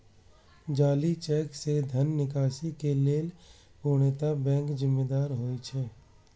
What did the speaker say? जाली चेक सं धन निकासी के लेल पूर्णतः बैंक जिम्मेदार होइ छै